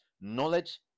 Knowledge